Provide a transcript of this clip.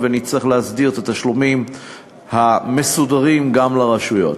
ונצטרך להסדיר את התשלומים המסודרים גם לרשויות.